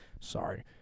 Sorry